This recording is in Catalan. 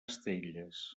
estelles